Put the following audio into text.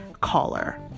caller